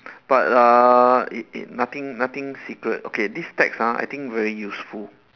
but uh it it nothing nothing secret okay this text ah I think very useful